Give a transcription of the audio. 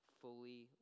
fully